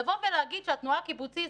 לבוא ולהגיד שהתנועה הקיבוצית,